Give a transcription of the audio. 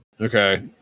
Okay